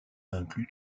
inclus